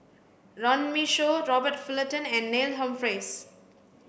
Runme Shaw Robert Fullerton and Neil Humphreys